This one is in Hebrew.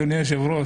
אדוני היושב-ראש,